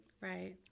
Right